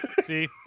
See